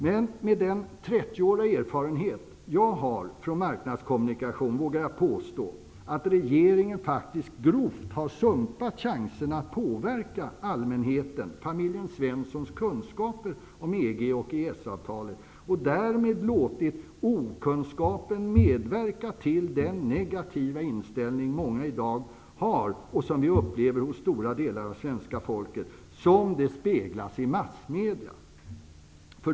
Med den 30-åriga erfarenhet jag har från marknadskommunikation vågar jag påstå att regeringen faktiskt grovt har sumpat chanserna att påverka allmänhetens, familjen Svenssons, kunskaper om EG och EES-avtalet -- och därmed låtit okunskapen medverka till den negativa inställning många i dag har och som vi upplever hos stora delar av svenska folket -- såsom det speglas i massmedia.